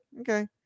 okay